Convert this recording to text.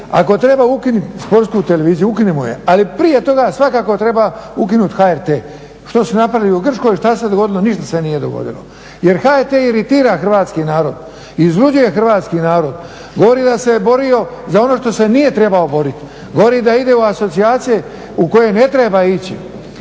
ako treba ukinut Sportsku televiziju ukinimo je, ali prije toga svakako treba ukinuti HRT. Što su napravili u Grčkoj, šta se dogodilo? Ništa se nije dogodilo. Jer HET iritira hrvatski narod, izluđuje hrvatski narod, govori da se je borio za ono što se nije trebao boriti. Govori da ide u asocijacije u koje ne treba ići,